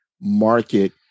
market